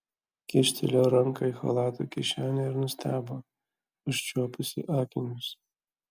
kyštelėjo ranką į chalato kišenę ir nustebo užčiuopusi akinius